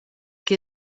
que